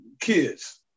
kids